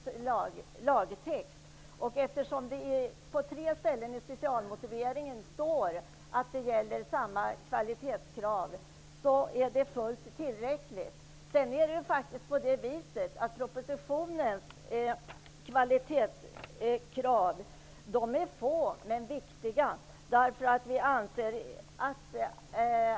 Det är fullt tillräckligt, eftersom det på tre ställen i specialmotiveringen står att samma kvalitetskrav gäller. De kvalitetskrav som nämns i propositionen är få men viktiga. Vi anser att